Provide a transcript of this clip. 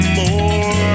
more